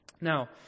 Now